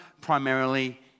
primarily